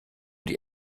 die